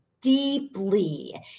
deeply